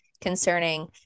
concerning